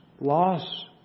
Loss